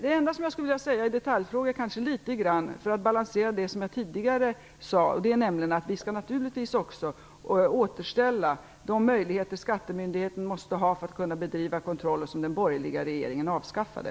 Det enda som jag skulle vilja säga i detaljfrågan för att litet grand balansera det som jag tidigare sade är nämligen att vi naturligtvis skall återställa de möjligheter som skattemyndigheten måste ha för att bedriva den kontroll som den borgerliga regeringen avskaffade.